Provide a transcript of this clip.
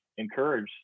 encourage